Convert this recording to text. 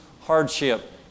hardship